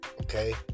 Okay